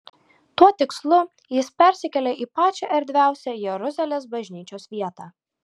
tuo tikslu jis persikėlė į pačią erdviausią jeruzalės bažnyčios vietą